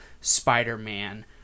spider-man